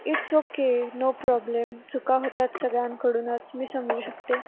it's okay no problem चुका होतात सगळ्यांकडूनच मी समजू शकते